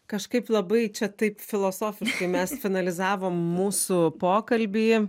kažkaip labai čia taip filosofiškai mes analizavom mūsų pokalbį